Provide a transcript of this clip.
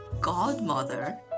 godmother